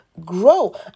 grow